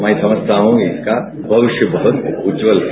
मैं समझता हूं इसका भविष्य बहुत उज्जवल है